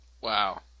Wow